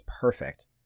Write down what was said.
perfect